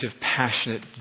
passionate